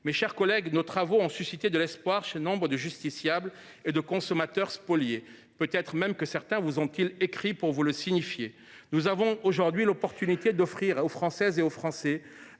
Mes chers collègues, nos travaux ont suscité de l’espoir chez nombre de justiciables et de consommateurs spoliés. Certains vous ont même peut être écrit pour vous le signifier. Nous avons aujourd’hui l’occasion d’offrir aux Françaises et aux Français